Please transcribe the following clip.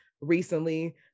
recently